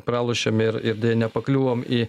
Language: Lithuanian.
pralošėm ir ir deja nepakliuvom į